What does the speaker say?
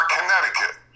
Connecticut